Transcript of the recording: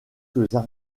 quelques